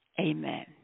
Amen